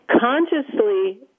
consciously